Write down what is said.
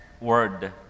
word